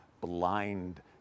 blind